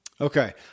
Okay